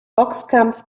boxkampf